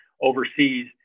overseas